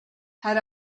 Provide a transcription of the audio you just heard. had